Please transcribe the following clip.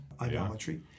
Idolatry